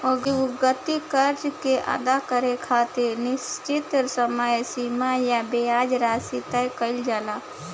व्यक्तिगत कर्जा के अदा करे खातिर निश्चित समय सीमा आ ब्याज राशि तय कईल जाला